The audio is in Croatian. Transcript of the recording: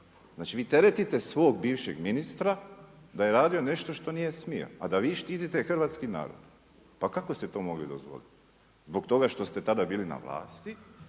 Znači vi teretite svog bivšeg ministra da je radio nešto što nije smio a da vi štitite hrvatski narod. Pa kako ste to mogli dozvoliti? Zbog toga što ste tada bili na vlasti